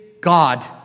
God